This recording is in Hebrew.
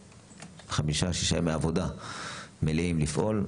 חמישה-שישה ימי עבודה מלאים לפעול.